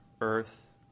earth